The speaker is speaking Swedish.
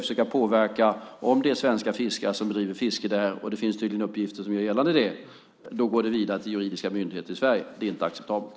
Om det är svenska fiskare som bedriver fiske där - och det finns tydligen uppgifter som gör det gällande - går det vidare till juridiska myndigheter i Sverige, för det är inte acceptabelt.